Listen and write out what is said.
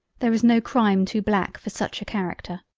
there is no crime too black for such a character!